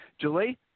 Julie